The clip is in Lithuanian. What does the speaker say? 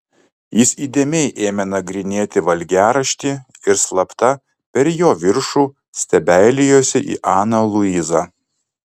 jis įdėmiai ėmė nagrinėti valgiaraštį ir slapta per jo viršų stebeilijosi į aną luizą